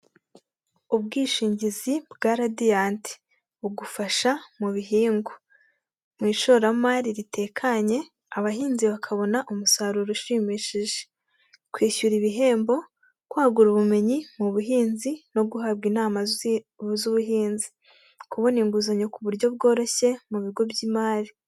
Ubwishingizi bwa radiyanti bugufasha mu bihingwa, mu ishoramari ritekanye abahinzi bakabona umusaruro ushimishije kwishyura ibihembo kwagura ubumenyi mu buhinzi no guhabwa inama z'ubuhinzi kubona inguzanyo ku buryo bworoshye mu bigo by'imari.